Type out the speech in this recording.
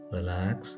Relax